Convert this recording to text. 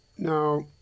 Now